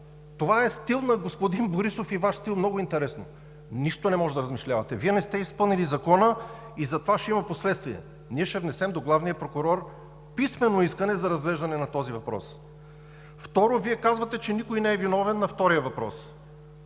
Това е стил на господин Борисов и Ваш стил, много интересно! Нищо не можете да размишлявате. Вие не сте изпълнили Закона и затова ще има последствия. Ние ще внесем до главния прокурор писмено искане за разглеждане на този въпрос. Второ, Вие казвате, че никой не е виновен – на втория въпрос.